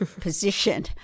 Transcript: position